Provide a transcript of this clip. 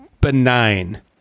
benign